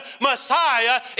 Messiah